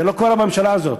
זה לא קרה בממשלה הזאת.